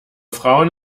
frauen